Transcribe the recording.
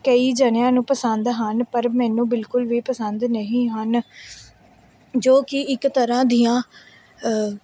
ਕਈ ਜਣਿਆਂ ਨੂੰ ਪਸੰਦ ਹਨ ਪਰ ਮੈਨੂੰ ਬਿਲਕੁਲ ਵੀ ਪਸੰਦ ਨਹੀਂ ਹਨ ਜੋ ਕਿ ਇੱਕ ਤਰ੍ਹਾਂ ਦੀਆਂ